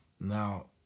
now